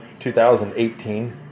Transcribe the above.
2018